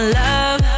love